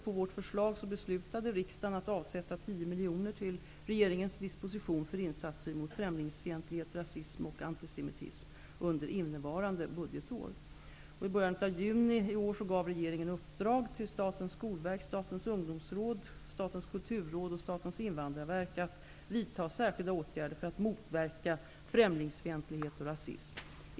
På vårt förslag beslutade riksdagen att avsätta 10 miljoner kronor till regeringens disposition för insatser mot främlingsfientlighet, rasism och antisemitism under innevarande budgetår. I början av juni 1992 gav regeringen uppdrag åt Statens skolverk, Statens ungdomsråd, Statens kulturråd och Statens invandrarverk att vidta särskilda åtgärder för att motverka främlingsfientlighet och rasism.